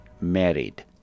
married